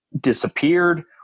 disappeared